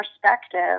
perspective